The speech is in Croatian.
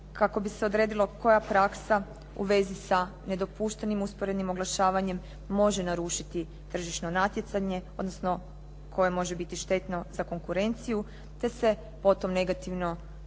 kako bi se odredila koja praksa u vezi sa nedopuštenim usporednim oglašavanjem može narušiti tržišno natjecanje, odnosno koje može biti štetno za konkurenciju te se potom negativno odraziti